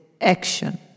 action